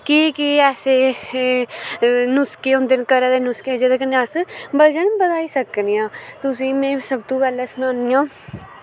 केह् केह् ऐसे नुसके होंदे न घरै दे नुसके जेह्दे कन्नै अस वजन बधाई सकने आं तुसेंगी में सबतूं पैह्लै सनानी आं